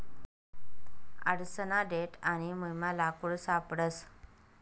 आडसना देठ आणि मुयमा लाकूड सापडस